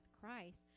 Christ